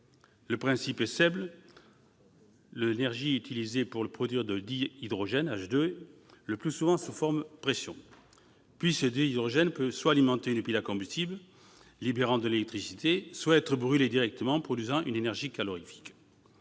Le principe est simple : l'énergie est utilisée pour produire du dihydrogène, H2, le plus souvent sous pression. Puis, ce dihydrogène peut, soit alimenter une pile à combustible, libérant de l'électricité, soit être brûlé directement, produisant une énergie calorifique.